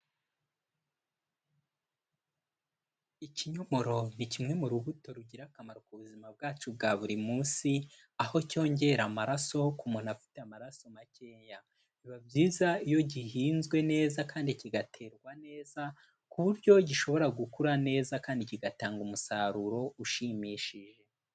Ikinyomoro ni kimwe mu rubuto rugira akamaro ku buzima bwacu bwa buri munsi aho cyongera amaraso ku muntu afite amaraso makeya, biba byiza iyo gihinzwe neza kandi kigaterwa neza ku buryo gishobora gukura neza kandi kigatanga umusaruro ushimishije.